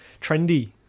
trendy